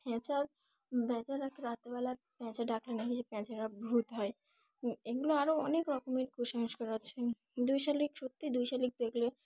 পেঁচা পেঁচা রাতের বেলা পেঁচা ডাকলে নাকি পেঁচা ভূত হয় এগুলো আরও অনেক রকমের কুসংস্কার আছে দুই শালিক সত্যি দুই শালিক দেখলে